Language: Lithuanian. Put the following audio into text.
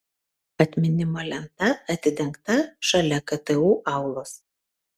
atminimo lenta atidengta šalia ktu aulos